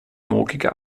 morgige